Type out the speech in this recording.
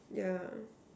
yeah